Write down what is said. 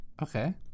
Okay